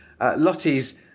Lotties